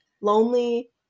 lonely